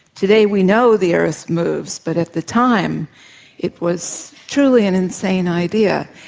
today we know the earth moves, but at the time it was truly an insane idea,